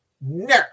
No